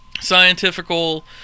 scientifical